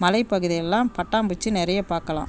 மலைப்பகுதியிலலாம் பட்டாம்பூச்சி நிறைய பார்க்கலாம்